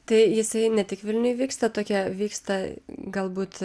tai jisai ne tik vilniuj vyksta tokie vyksta galbūt